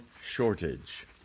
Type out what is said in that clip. shortage